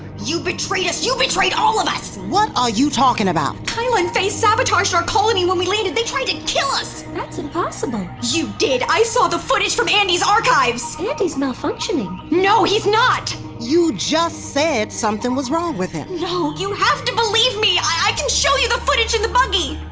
you betrayed us, you betrayed all of us! what are you talking about? keila and faye sabotaged our colony when we landed, they tried to kill us! that's impossible you did! i saw the footage from andi's archives! andi's malfunctioning no, he's not! you just said something was wrong with him no, you have to believe me! i can show you the footage in the buggy!